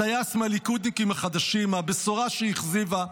הטייס מהליכודניקים החדשים, הבשורה שהכזיבה.